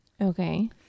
Okay